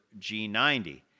G90